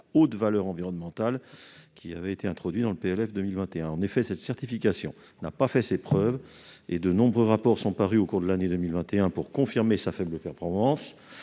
haute valeur environnementale (HVE), introduit dans le PLF pour 2021. En effet, cette certification n'a pas fait ses preuves et de nombreux travaux parus au cours de l'année 2021 confirment sa faible performance,